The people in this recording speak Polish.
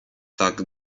tak